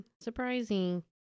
Surprising